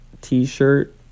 t-shirt